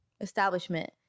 establishment